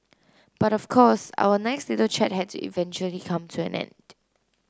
but of course our nice little chat had to eventually come to an end